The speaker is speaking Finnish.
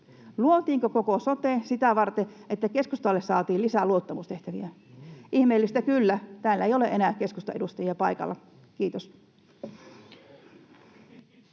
Luotiinko koko sote sitä varten, että keskustalle saatiin lisää luottamustehtäviä? Ihmeellistä kyllä täällä ei ole enää keskustan edustajia paikalla. [Ville